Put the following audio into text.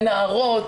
לנערות,